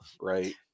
right